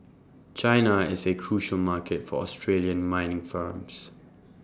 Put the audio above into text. China is A crucial market for Australian mining firms